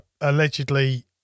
allegedly